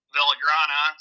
Villagrana